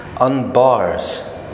unbars